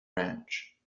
branch